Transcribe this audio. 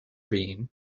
bean